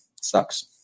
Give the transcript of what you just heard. sucks